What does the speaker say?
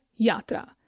Yatra